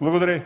Благодаря